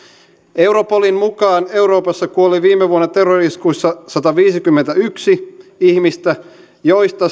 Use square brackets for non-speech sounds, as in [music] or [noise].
europolin mukaan euroopassa kuoli viime vuonna terrori iskuissa sataviisikymmentäyksi ihmistä joista [unintelligible]